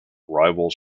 rivals